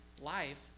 life